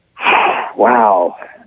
Wow